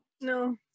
No